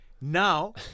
Now